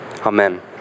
Amen